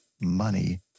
money